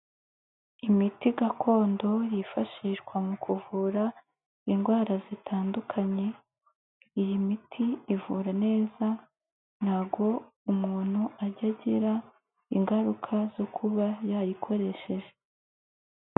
Imiti gakondo yifashishwa mu kuvura indwara zitandukanye, iyi miti ivura neza ntabwo umuntu ajya agira ingaruka zo kuba yayikoresheje.